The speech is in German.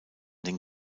den